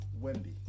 Wendy